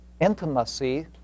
intimacy